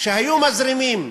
היו מזרימים,